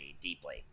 deeply